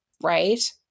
Right